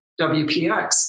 WPX